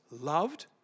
Loved